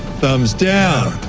thumbs down,